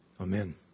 Amen